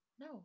No